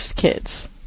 kids